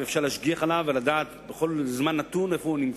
ואפשר להשגיח עליו ולדעת בכל זמן נתון איפה הוא נמצא,